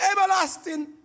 everlasting